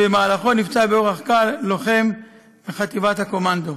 ובמהלכו נפצע באורח קל לוחם בחטיבת הקומנדו.